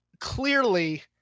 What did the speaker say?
clearly